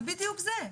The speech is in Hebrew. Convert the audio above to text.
זה בדיוק זה.